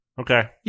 Okay